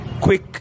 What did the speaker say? quick